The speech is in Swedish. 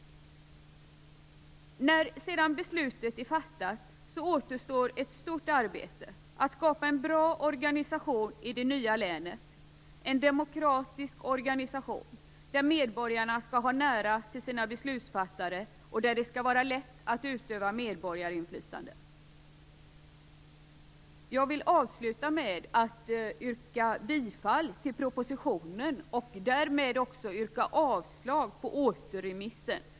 När beslutet sedan är fattat återstår ett stort arbete med att skapa en bra organisation i det nya länet, en demokratisk organisation där medborgarna skall ha nära till sina beslutsfattare och där det skall vara lätt att utöva medborgarinflytande. Jag vill avsluta med att yrka bifall till hemställan i betänkandet, och därmed också yrka avslag på återremissen.